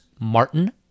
Martin